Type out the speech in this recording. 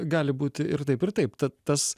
gali būti ir taip ir taip ta tas